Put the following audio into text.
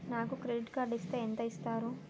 నాకు credit card ఇస్తే ఎంత ఇస్తరు?